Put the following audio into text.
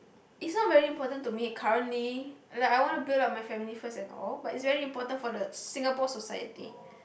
it's not very important to me currently like I want to build up my family first and all but it's very important for the Singapore society